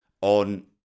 on